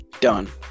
done